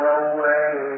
away